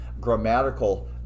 grammatical